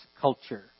culture